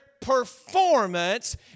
performance